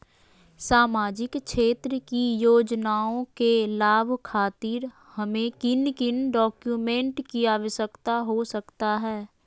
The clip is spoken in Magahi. सामाजिक क्षेत्र की योजनाओं के लाभ खातिर हमें किन किन डॉक्यूमेंट की आवश्यकता हो सकता है?